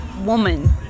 woman